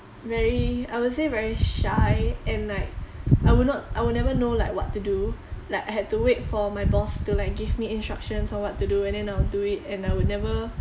very I would say very shy and like I would not I will never know like what to do like had to wait for like my boss to like give me instructions or what to do and then I will do it and I would never